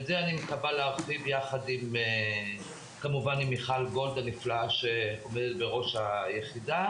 את זה אני מקווה להרחיב יחד עם מיכל גולד הנפלאה שעומדת בראש היחידה.